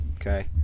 Okay